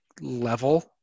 level